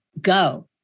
go